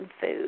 food